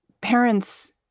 Parents